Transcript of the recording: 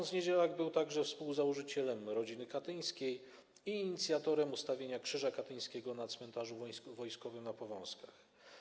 Ks. Niedzielak był także współzałożycielem Rodziny Katyńskiej i inicjatorem ustawienia krzyża katyńskiego na Cmentarzu Wojskowym na Powązkach.